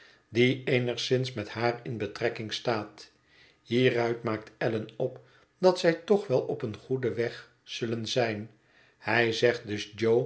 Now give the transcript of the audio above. die eenigszins met haar in betrekking staat hieruit maakt allan op dat zij toch wel op een goeden weg zullen zijn hij zegt dus jo